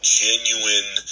genuine